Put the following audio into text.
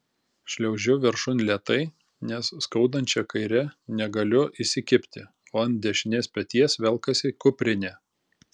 šliaužiu viršun lėtai nes skaudančia kaire negaliu įsikibti o ant dešinės peties velkasi kuprinė